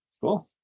Cool